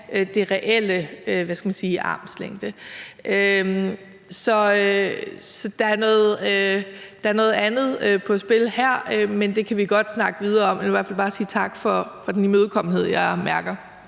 man sige, armslængde. Så der er noget andet på spil her, men det kan vi godt snakke videre om. Jeg vil i hvert fald bare sige tak for den imødekommenhed, jeg mærker.